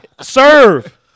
serve